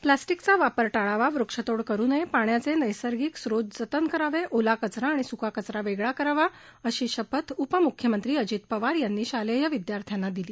प्लास्टिकचा वापर टाळावा वृक्षतोड करु नये पाण्याचे नैसर्गिक स्रोत जतन करावे ओला कचरा आणि सुका कचरा वेगळा करावा अशी शपथ उपमुख्यमंत्री अजित पवार यांनी शालेय विद्यार्थ्यांना दिली